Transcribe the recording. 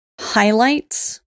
highlights